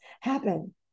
happen